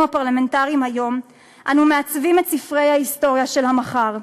הפרלמנטריים היום אנו מעצבים את ספרי ההיסטוריה של המחר.